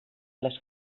les